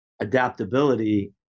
adaptability